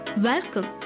Welcome